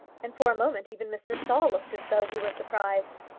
and for a moment even mr. saul looked as though he were surprised.